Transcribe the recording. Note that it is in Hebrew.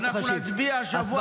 אנחנו נצביע בשבוע הבא.